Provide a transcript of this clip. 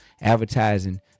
advertising